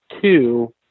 two